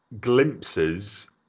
glimpses